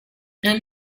and